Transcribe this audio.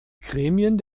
gremien